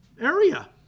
area